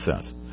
says